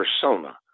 persona